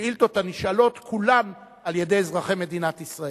שאילתות הנשאלות כולן על-ידי אזרחי מדינת ישראל.